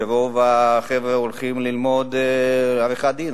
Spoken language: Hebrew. שרוב החבר'ה הולכים ללמוד עריכת-דין.